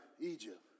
Egypt